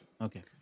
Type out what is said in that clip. Okay